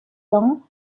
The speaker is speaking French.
dents